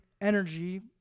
energy